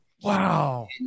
Wow